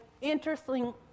interesting